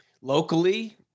Locally